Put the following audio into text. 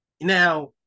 now